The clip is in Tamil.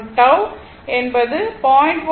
மற்றும் டவ் என்பது 0